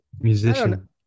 musician